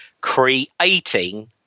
Creating